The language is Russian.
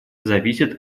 зависят